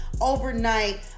overnight